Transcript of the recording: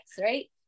right